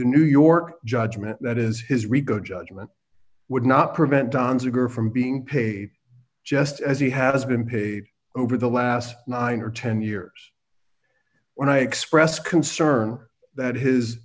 the new york judgment that is his rico judgment would not prevent danziger from being paid just as he has been paid over the last nine or ten years when i expressed concern that his